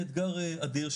אתגר אדיר,